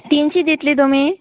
तिनशी दितली तुमी